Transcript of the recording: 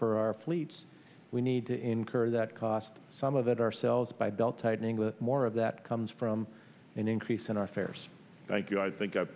for our fleets we need to incur that cost some of it ourselves by belt tightening with more of that comes from an increase in our fares thank you i think